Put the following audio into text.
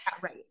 Right